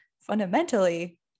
fundamentally